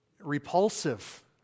repulsive